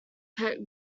pet